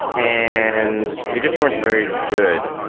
and they just weren't very good.